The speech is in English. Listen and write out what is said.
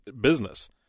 business